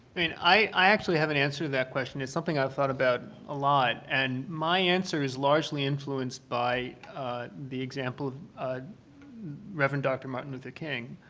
i mean i i actually have an answer to that question. it's something i thought about a lot. and my answer is largely influenced by the example of ah reverend dr. martin luther king